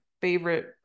favorite